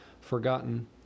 forgotten